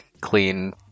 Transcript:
clean